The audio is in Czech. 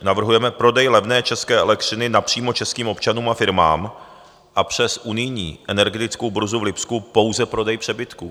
Navrhujeme prodej levné české elektřiny napřímo českým občanům a firmám a přes unijní energetickou burzu v Lipsku pouze prodej přebytků.